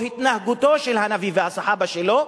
או ההתנהגות של הנביא והסחאבה שלו,